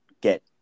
get